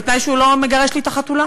בתנאי שהוא לא מגרש לי את החתולה.